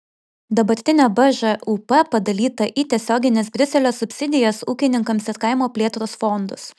dabartinė bžūp padalyta į tiesiogines briuselio subsidijas ūkininkams ir kaimo plėtros fondus